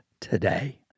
today